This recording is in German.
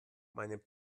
meinen